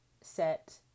set